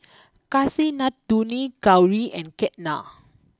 Kasinadhuni Gauri and Ketna